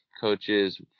coaches